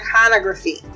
iconography